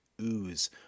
ooze